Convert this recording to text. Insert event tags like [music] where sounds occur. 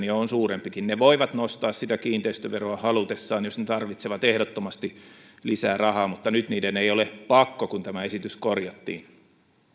[unintelligible] ja on suurempikin ne voivat nostaa sitä kiinteistöveroa halutessaan jos ne tarvitsevat ehdottomasti lisää rahaa mutta nyt niiden ei ole pakko kun tämä esitys korjattiin